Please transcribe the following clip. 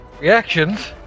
Reactions